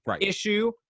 issue